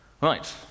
Right